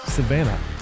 Savannah